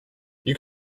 you